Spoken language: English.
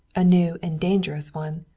a new and dangerous one.